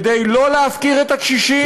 כדי שלא להפקיר את הקשישים,